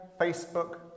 Facebook